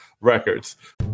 records